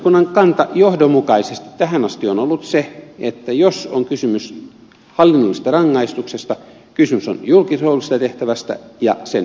perustuslakivaliokunnan kanta johdonmukaisesti tähän asti on ollut se että jos on kysymys hallinnollisesta rangaistuksesta kysymys on julkisesta hallintotehtävästä ja sen ydinalueesta